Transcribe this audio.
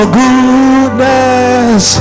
goodness